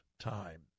time